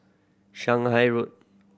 Shanghai Road